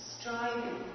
striving